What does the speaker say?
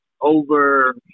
over –